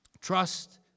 Trust